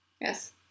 Yes